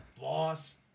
boss